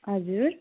हजुर